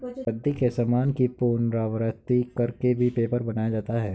रद्दी के सामान की पुनरावृति कर के भी पेपर बनाया जाता है